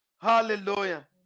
Hallelujah